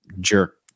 jerk